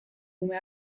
ume